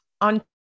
on